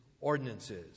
ordinances